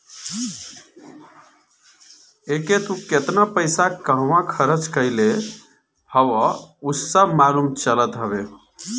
एके तू केतना पईसा कहंवा खरच कईले हवअ उ सब मालूम चलत हवे